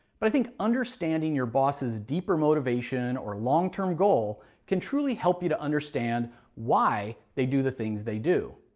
but i think understanding your boss's deeper motivation or long-term goal can truly help you to understand why they do the things they do.